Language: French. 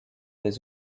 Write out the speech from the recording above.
des